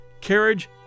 carriage